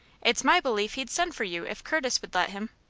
it's my belief he'd send for you if curtis would let him.